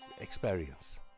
experience